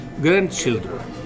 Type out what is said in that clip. grandchildren